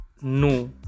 no